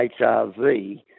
HRV